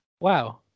Wow